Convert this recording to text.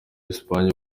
espagne